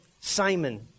Simon